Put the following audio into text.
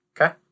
Okay